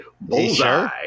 bullseye